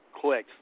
clicks